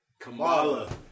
Kamala